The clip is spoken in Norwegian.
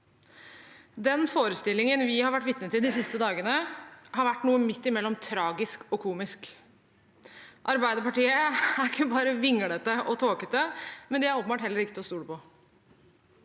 Den forestillingen vi har vært vitne til de siste dagene, har vært noe midt imellom tragisk og komisk. Arbeiderpartiet er ikke bare vinglete og tåkete; de er åpenbart heller ikke til å stole på.